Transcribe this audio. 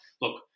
look